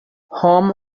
home